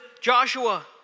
Joshua